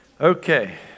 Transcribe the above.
Okay